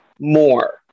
more